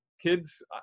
Kids